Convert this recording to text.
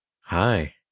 Hi